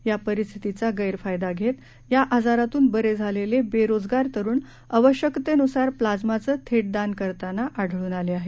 या परिस्थितीचा गैरफायदा घेत या आजारातून बरे झालेले बेरोजगार तरुण आवश्यकतेनुसार प्लाझ्माचं थेट दान करताना आढळून आले आहेत